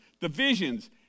divisions